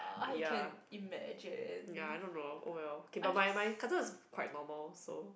ya ya I don't know oh well K but my my cousin is quite normal so